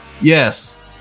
yes